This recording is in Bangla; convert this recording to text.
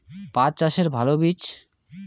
পাঠ চাষের ভালো বীজ?